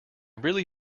really